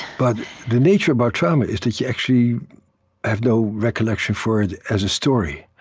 but the nature of our trauma is that you actually have no recollection for it as a story,